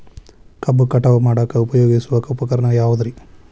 ಕಬ್ಬು ಕಟಾವು ಮಾಡಾಕ ಉಪಯೋಗಿಸುವ ಉಪಕರಣ ಯಾವುದರೇ?